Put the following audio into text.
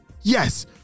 Yes